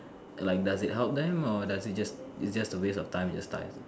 like does it help them or does it it's just a waste of time with time